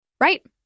Right